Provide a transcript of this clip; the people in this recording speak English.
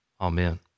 Amen